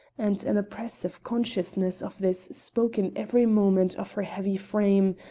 and an oppressive consciousness of this spoke in every movement of her heavy frame,